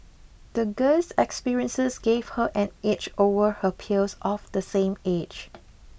the girl's experiences gave her an edge over her peers of the same age